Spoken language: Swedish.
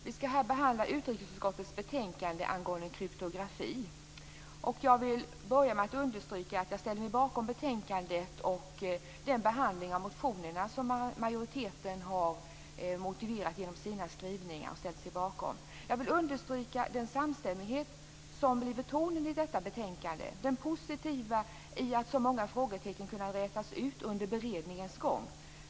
Fru talman! Vi ska här behandla utrikesutskottets betänkande angående kryptografi. Jag vill börja med att understryka att jag ställer mig bakom betänkandet och den behandling av motionerna som majoriteten har motiverat genom sina skrivningar och ställt sig bakom. Jag vill markera den samstämmighet som blivit tonen i detta betänkande och det positiva i att så många frågetecken har kunnat rätas ut under beredningens gång.